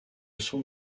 sont